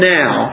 now